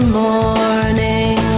morning